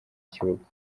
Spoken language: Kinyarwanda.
kibuga